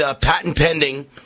patent-pending